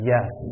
Yes